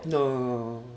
no no no no no